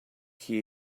que